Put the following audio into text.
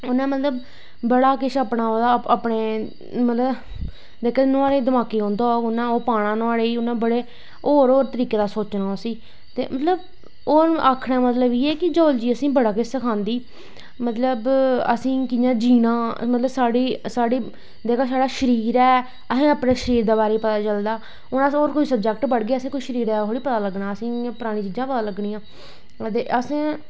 उनें बड़ा किश मतलव अपने जेह्का नुआढ़े दमाके च औंदा होग ओह् पाना उनें ओह्दे च होर होर तरीके दा सोचना उसी ते मतलव आक्खनें दा मतलव एह् ऐ कि जियॉलजी असेंगी मता किश सखांदी असेंगी कियां जीना मतलव साढ़ी जेह्का साढ़ा शरीर ऐ असेंगी अपने शरीर दे बारे च पता चलदा ओह् अस कोई होर स्वजैक्ट पढ़गे असें गी शरीर दा थोह्ड़़ी पता लग्गना असेंगी परानी चीजां गै पता लग्गनियां ते असें